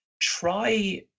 try